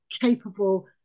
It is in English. capable